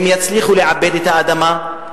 יצליחו לעבד את האדמה,